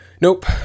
Nope